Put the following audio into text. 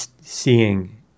seeing